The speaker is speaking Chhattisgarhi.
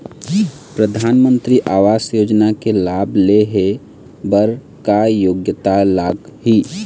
परधानमंतरी आवास योजना के लाभ ले हे बर का योग्यता लाग ही?